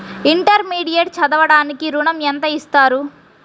Intermediate చదవడానికి ఋణం ఎంత ఇస్తారు?